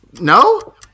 no